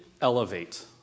elevate